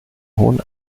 hohen